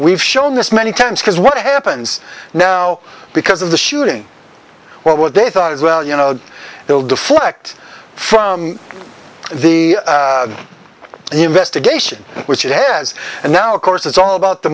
we've shown this many times because what happens now because of the shooting well what they thought is well you know they'll deflect from the investigation which it has and now of course it's all about the